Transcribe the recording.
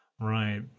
Right